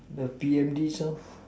the PM this